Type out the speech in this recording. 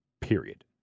period